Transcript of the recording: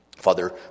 Father